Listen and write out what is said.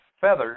feathers